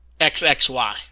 XXY